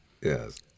Yes